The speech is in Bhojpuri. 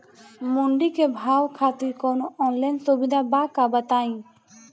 मंडी के भाव खातिर कवनो ऑनलाइन सुविधा बा का बताई?